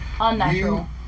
Unnatural